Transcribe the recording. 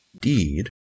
Deed